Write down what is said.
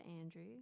Andrew